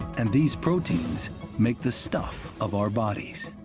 and these proteins make the stuff of our bodies.